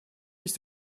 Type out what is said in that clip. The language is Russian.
есть